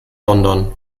london